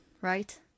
right